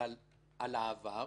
על העבר.